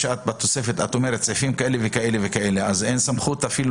בתוספת את אומרת שצרכים כאלה וכאלה, אז אין סמכות.